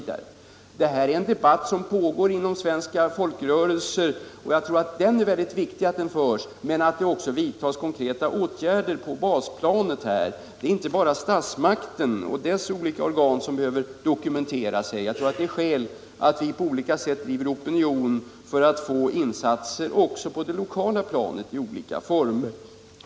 Detta är en debatt som pågår inom svenska folkrörelser, och det är viktigt att den förs. Men det skall också vidtas konkreta åtgärder på basplanet. Det är inte bara statsmakterna och deras olika organ som behöver dokumentera intresse på detta område. Det finns skäl för att bedriva opinion på olika sätt för att få insatser också på det lokala planet i olika former.